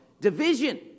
division